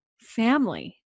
family